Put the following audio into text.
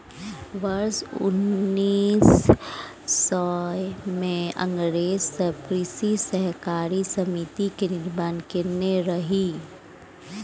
वर्ष उन्नैस सय मे अंग्रेज सब कृषि सहकारी समिति के निर्माण केने रहइ